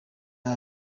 are